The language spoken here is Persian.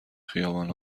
خیابان